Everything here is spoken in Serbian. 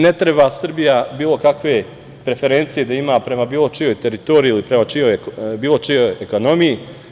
Ne treba Srbija bilo kakve preferencije da ima prema bilo čijoj teritoriji ili prema bilo čijoj ekonomiji.